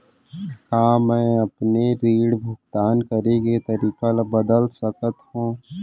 का मैं अपने ऋण भुगतान करे के तारीक ल बदल सकत हो?